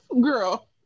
Girl